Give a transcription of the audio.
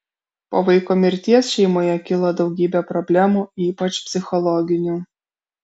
po vaiko mirties šeimoje kilo daugybė problemų ypač psichologinių